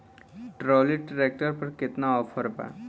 Trolley tractor पर केतना offer बा?